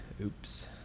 Oops